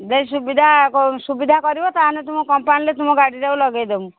ଯଦି ସୁବିଧା ସୁବିଧା କରିବ ତାହେଲେ ତୁମ କମ୍ପାନୀରେ ତୁମ ଗାଡ଼ିଟାକୁ ଲଗେଇଦେବୁ